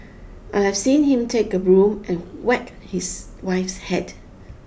I have seen him take a broom and whack his wife's head